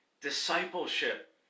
Discipleship